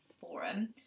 forum